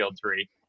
three